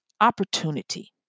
opportunity